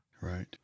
Right